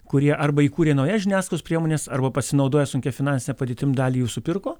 kurie arba įkūrė naujas žiniasklaidos priemones arba pasinaudoję sunkia finansine padėtim dalį jų supirko